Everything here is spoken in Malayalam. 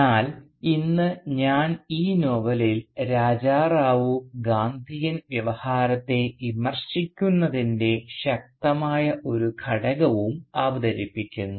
എന്നാൽ ഇന്ന് ഞാൻ ഈ നോവലിൽ രാജാ റാവു ഗാന്ധിയൻ വ്യവഹാരത്തെ വിമർശിക്കുന്നതിൻറെ ശക്തമായ ഒരു ഘടകവും അവതരിപ്പിക്കുന്നു